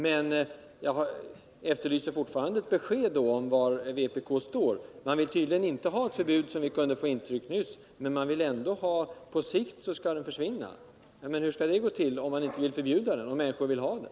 Jag efterlyser fortfarande ett besked om var vpk står. Man vill tydligen inte, som vi nyss kunde få intryck av, ha ett förbud mot den privata sjukvården, men man vill ändå att den på sikt skall försvinna. Men hur skall det gå till om människor vill ha den kvar och vpk inte vill förbjuda den?